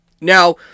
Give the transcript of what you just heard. Now